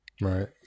Right